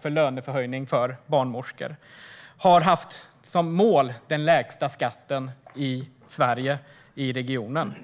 för löneförhöjning för barnmorskor och haft som mål den lägsta skatten i Sverige och regionen.